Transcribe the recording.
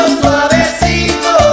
suavecito